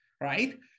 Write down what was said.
right